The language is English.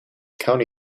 county